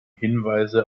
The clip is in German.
hinweise